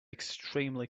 extremely